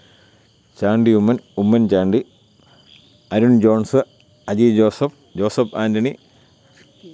Chandy Oommen Oommen Chandy Arun Jones Aji Joseph Joseph Antony